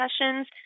sessions